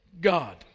God